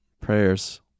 Prayers